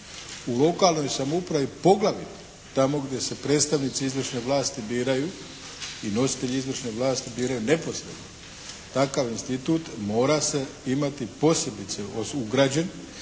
U lokalnoj samoupravi poglavito tamo gdje se predstavnici izvršne vlasti biraju i nositelji izvršne vlasti biraju neposredno, takav institut mora se imati posebice ugrađen